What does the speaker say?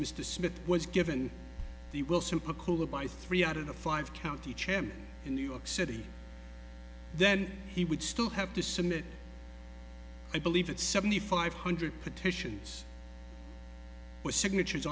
mr smith was given the will supercool by three out of the five county chairmen in new york city then he would still have to submit i believe at seventy five hundred petitions signatures